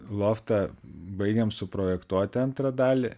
loftą baigiam suprojektuoti antrą dalį